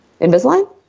Invisalign